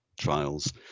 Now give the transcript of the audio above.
trials